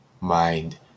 mind